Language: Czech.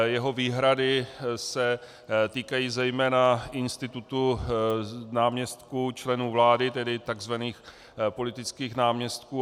Jeho výhrady se týkají zejména institutu náměstků členů vlády, tedy takzvaných politických náměstků.